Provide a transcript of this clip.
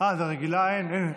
ברגילה אין.